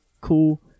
cool